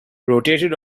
rotated